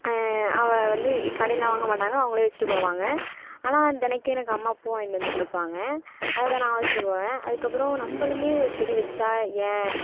அவள் வந்து கடையிலலாம் வாங்க மாட்டாங்க அவங்களே வச்சுட்டு போவாங்க ஆனால் தினைக்கும் எனக்கு அம்மா பூ வாங்கிட்டு வந்து கொடுப்பாங்க அதை நான் வச்சுட்டு போவேன் அதுக்கப்புறம் நம்மளுமே ஒரு செடி வெச்சா ஏன்